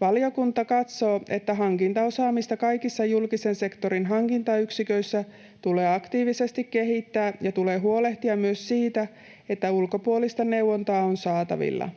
Valiokunta katsoo, että hankintaosaamista kaikissa julkisen sektorin hankintayksiköissä tulee aktiivisesti kehittää ja tulee huolehtia myös siitä, että ulkopuolista neuvontaa on saatavilla.